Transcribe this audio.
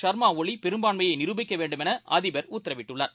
ச்மாஒலிபெரும்பான்மையைநிரூபிக்கவேண்டும் எனஅதிபர் உத்தரவிட்டுள்ளார்